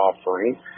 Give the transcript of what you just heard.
offering